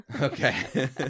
Okay